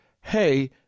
hey